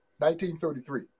1933